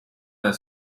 nel